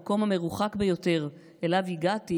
המקום המרוחק ביותר שאליו הגעתי